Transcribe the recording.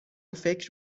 فکر